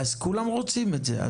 כולם רוצים את זה.